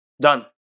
Done